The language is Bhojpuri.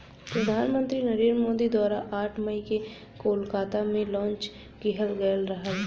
प्रधान मंत्री नरेंद्र मोदी द्वारा आठ मई के कोलकाता में लॉन्च किहल गयल रहल